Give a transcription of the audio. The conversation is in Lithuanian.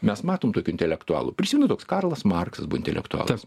mes matom tokių intelektualų prisimenu toks karlas marksas buvo intelektualas